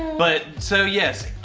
but. so yes,